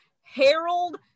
Harold